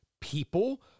people